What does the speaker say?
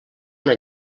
una